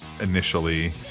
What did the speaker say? initially